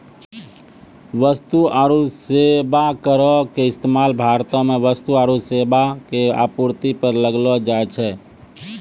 वस्तु आरु सेबा करो के इस्तेमाल भारतो मे वस्तु आरु सेबा के आपूर्ति पे लगैलो जाय छै